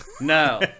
No